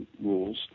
rules